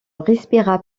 respira